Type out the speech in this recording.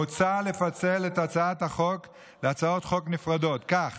מוצע לפצל את הצעת החוק להצעות חוק נפרדות, כך